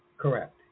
correct